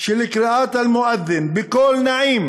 של קריאת אל-מואד'ין בקול נעים